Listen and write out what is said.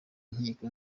nkiko